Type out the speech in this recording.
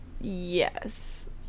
Yes